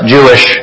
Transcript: Jewish